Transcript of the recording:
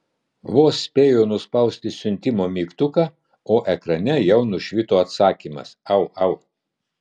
vos spėjo nuspausti siuntimo mygtuką o ekrane jau nušvito atsakymas au au